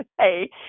Hey